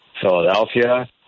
Philadelphia